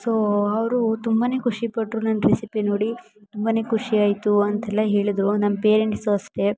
so ಅವರು ತುಂಬ ಖುಷಿ ಪಟ್ಟರು ನನ್ನ ರೆಸಿಪಿ ನೋಡಿ ತುಂಬ ಖುಷಿ ಆಯಿತು ಅಂತೆಲ್ಲ ಹೇಳಿದರು ನಮ್ಮ ಪೇರೆಂಟ್ಸು ಅಷ್ಟೆ